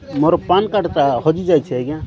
ମୋର ପାନ୍ କାର୍ଡ଼୍ଟା ହଜିଯାଇଛି ଆଜ୍ଞା